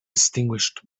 distinguished